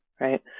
Right